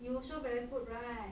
you also very good right